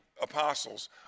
Apostles